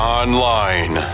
online